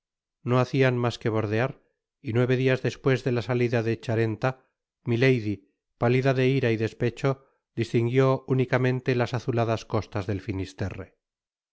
no hacian mas que bordear y nueve dias despues de la salida del charenta milady pálida de ira y despecho distinguió únicamente las azuladas costas del finisterre